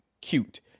cute